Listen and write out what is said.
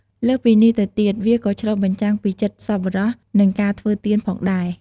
លើសពីនេះទៅទៀត វាក៏ឆ្លុះបញ្ចាំងពីចិត្តសប្បុរស និងការធ្វើទានផងដែរ។